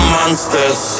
monsters